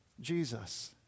Jesus